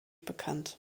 bekannt